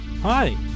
Hi